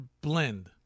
blend